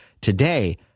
today